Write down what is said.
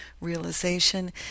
realization